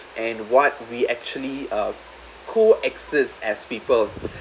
and what we actually uh co exist as people